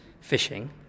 fishing